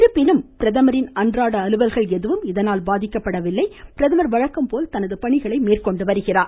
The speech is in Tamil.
இருப்பினும் பிரதமரின் அன்றாட அலுவல்கள் எதுவும் இதனால் பாதிக்கப்படவில்லை பிரதமர் வழக்கம்போல தனது பணிகளை மேற்கொண்டு வருகிறார்